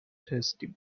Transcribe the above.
tasty